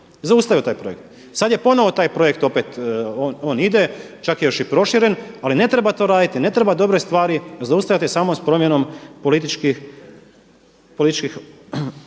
zaustavio je taj projekt. Sad je ponovno taj projekt opet on ide, čak je još i proširen. Ali ne treba to raditi. Ne treba dobre stvari zaustavljati samo s promjenom političkih